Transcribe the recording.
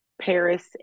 Paris